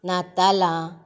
नातालां